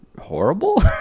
horrible